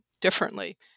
differently